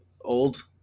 old